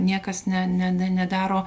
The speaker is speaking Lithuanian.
niekas ne ne nedaro